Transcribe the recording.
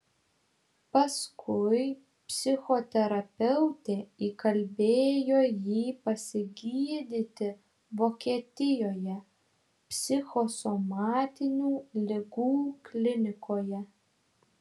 paskui psichoterapeutė įkalbėjo jį pasigydyti vokietijoje psichosomatinių ligų klinikoje